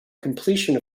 completion